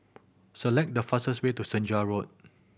select the fastest way to Senja Road